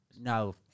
No